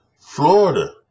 Florida